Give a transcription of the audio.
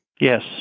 Yes